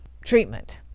treatment